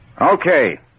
Okay